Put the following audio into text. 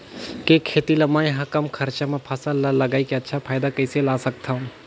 के खेती ला मै ह कम खरचा मा फसल ला लगई के अच्छा फायदा कइसे ला सकथव?